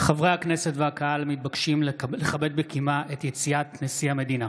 חברי הכנסת והקהל מתבקשים לכבד בקימה את יציאת נשיא המדינה.